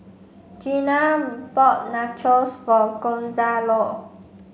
Jenna bought Nachos for Gonzalo